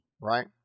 right